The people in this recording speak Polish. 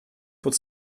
pod